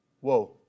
whoa